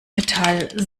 metall